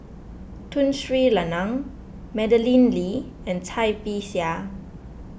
Tun Sri Lanang Madeleine Lee and Cai Bixia